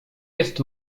jest